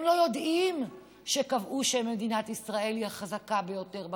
הם לא יודעים שקבעו שמדינת ישראל היא החזקה ביותר בכלכלה,